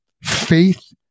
faith